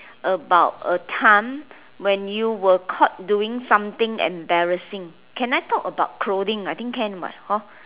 about a time when you were caught doing something embarrassing can I talk about clothing I think can [what] hor